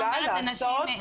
ביציות,